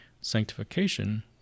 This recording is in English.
Sanctification